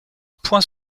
point